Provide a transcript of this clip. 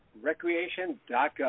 Recreation.gov